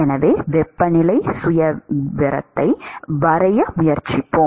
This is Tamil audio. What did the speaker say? எனவே வெப்பநிலை சுயவிவரத்தை வரைய முயற்சிப்போம்